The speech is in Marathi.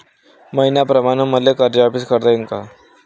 मईन्याप्रमाणं मले कर्ज वापिस करता येईन का?